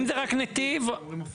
דרור בוימל אם זה רק נתיב, סבבה.